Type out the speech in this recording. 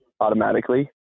automatically